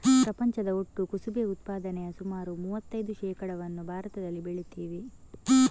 ಪ್ರಪಂಚದ ಒಟ್ಟು ಕುಸುಬೆ ಉತ್ಪಾದನೆಯ ಸುಮಾರು ಮೂವತ್ತೈದು ಶೇಕಡಾವನ್ನ ಭಾರತದಲ್ಲಿ ಬೆಳೀತೇವೆ